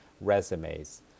resumes